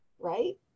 right